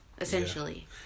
essentially